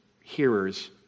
hearers